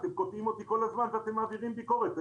אתם קוטעים אותי כל הזמן כשאתם מעבירים ביקורת.